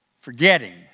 forgetting